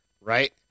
right